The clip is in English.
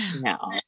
no